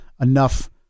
enough